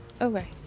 Okay